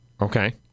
Okay